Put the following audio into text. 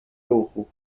ruchu